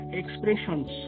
expressions